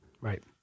Right